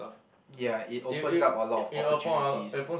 ya it opens up a lot of opportunities